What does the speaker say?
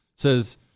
Says